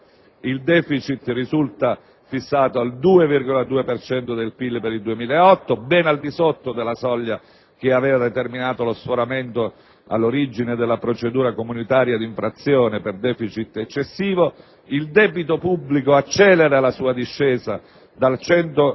Il *deficit* risulta fissato al 2,2 per cento del PIL per il 2008, ben al di sotto della soglia che aveva determinato lo sforamento all'origine della procedura comunitaria d'infrazione per *deficit* eccessivo. Il debito pubblico accelera la sua discesa dal 105,1